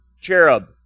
cherub